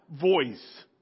voice